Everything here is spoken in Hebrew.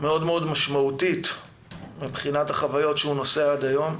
מאוד משמעותית מבחינת החוויות שהוא נושא עד היום,